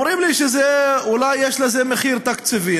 אומרים לי שאולי יש לזה מחיר תקציבי.